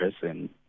person